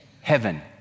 heaven